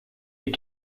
les